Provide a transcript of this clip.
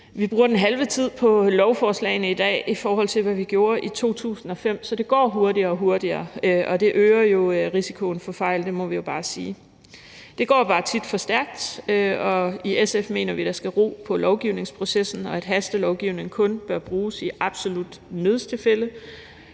vi bruger den halve tid på lovforslagene i dag, i forhold til hvad vi gjorde i 2005. Så det går hurtigere og hurtigere, og det øger jo risikoen for fejl; det må vi bare sige. Det går bare tit for stærkt. I SF mener vi, at der skal ro på lovgivningsprocessen, og at hastelovgivning kun bør bruges i absolut nødstilfælde.